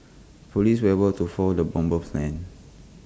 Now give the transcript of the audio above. Police were able to foil the bomber's plans